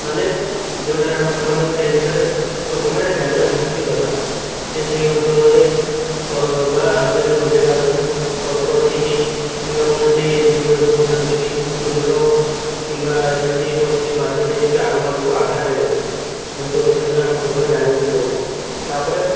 ମାନେ ଯେଉଁଠାରେ ଆମେ ସନ୍ତରଣ ସେ ବିଷୟରେ ପ୍ରଥମେ ଜାଣିବା ନିହାତି ଦରକାର ଯେ ସେ ଅଞ୍ଚଳରେ ବା ଆମେ ଯଦି ନଦୀରେ ଗାଧଉଛୁ ପଥର ଅଛି କି କିମ୍ବା କୌଣସି ଜୀବଜନ୍ତୁ ଅଛନ୍ତି କି କୁମ୍ଭୀର କିମ୍ବା ସେମିତି କୌଣସି ମାଛ ଅଛନ୍ତି ଯେମିତି ଆମକୁ ଆଘାତ ଦେବେ ସେମିତି ଅଛନ୍ତି କ'ଣ ପ୍ରଥମେ ଜାଣିବାକୁ ପଡ଼ିବ ତାପରେ